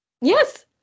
Yes